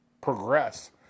progress